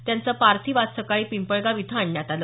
त्यांचं पार्थिव आज सकाळी पिंपळगाव इथं आणण्यात आलं